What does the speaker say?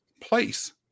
place